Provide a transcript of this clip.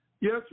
Yes